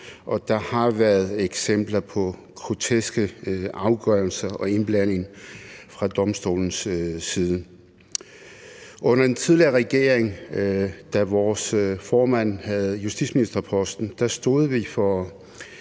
der har været eksempler på groteske afgørelser og indblanding fra domstolens side. Under den tidligere regering, da vores formand havde justitsministerposten, stod vi for